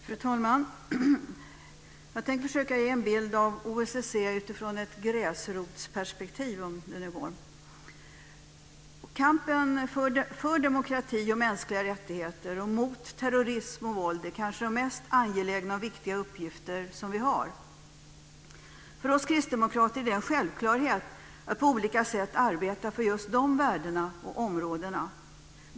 Fru talman! Jag tänker försöka ge en bild av OSSE i ett gräsrotsperspektiv, om det nu går. Kampen för demokrati och mänskliga rättigheter och mot terrorism och våld är kanske den mest angelägna och viktiga uppgift som vi har. För oss kristdemokrater är det en självklarhet att på olika sätt arbeta för just de värdena och områdena.